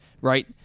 right